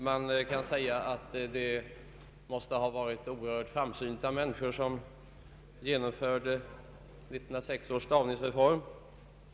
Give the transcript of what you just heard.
Det kan sägas att det måste ha varit synnerligen framsynta människor som genomförde 1906 års stavningsreform.